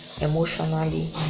emotionally